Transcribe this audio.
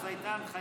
אז הייתה הנחיה